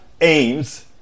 aims